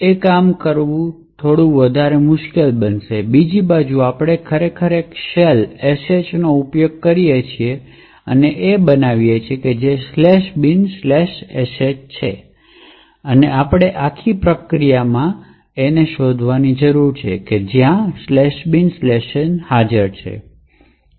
તે કામ થોડું વધારે મુશ્કેલ બનશે બીજી બાજુ આપણે ખરેખર એક sh શેલનો ઉપયોગ કરીએ છીએ અને બનાવીએ છીએ જે ""binsh"" છે અને આપણે આખી પ્રક્રિયામાં ત્યાં શોધવાની જરૂર છે જ્યાં ""binsh"" હાજર છે